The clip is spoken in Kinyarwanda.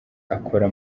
akora